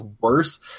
worse